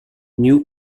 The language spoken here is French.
new